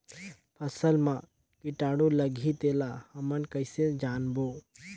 फसल मा कीटाणु लगही तेला हमन कइसे जानबो?